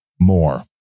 more